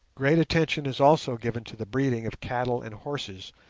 great attention is also given to the breeding of cattle and horses,